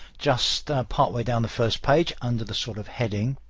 just partway down the first page under the sort of heading.